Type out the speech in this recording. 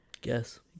guess